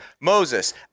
Moses